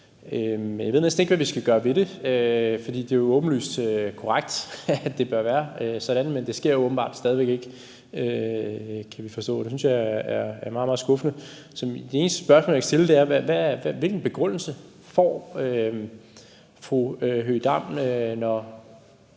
jeg ved næsten ikke, hvad vi skal gøre ved det. For det er jo åbenlyst korrekt, at det bør være sådan, men det sker åbenbart stadig væk ikke, kan vi forstå. Det synes jeg er meget, meget skuffende. Så det eneste spørgsmål, jeg kan stille, er: Hvilken begrundelse får fru